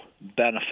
benefit